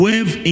Wave